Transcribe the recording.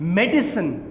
medicine